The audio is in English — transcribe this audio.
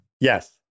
Yes